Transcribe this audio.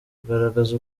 kugaragaza